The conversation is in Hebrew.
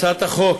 הצעת החוק